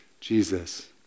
Jesus